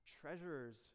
treasures